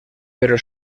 pero